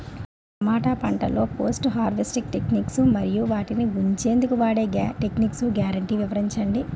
టమాటా పంటలో post harvest techniques మరియు వాటిని ఉంచెందుకు వాడే టెక్నిక్స్ గ్యారంటీ వివరించండి?